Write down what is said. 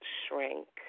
shrink